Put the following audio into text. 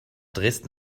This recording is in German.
dresden